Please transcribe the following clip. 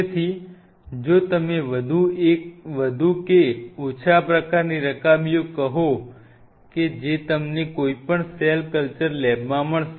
તેથી જો તમે વધુ કે ઓછા પ્રકારની રકાબીઓ કહો કે જે તમને કોઈપણ સેલ કલ્ચર લેબમાં મળશે